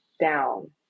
down